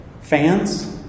Fans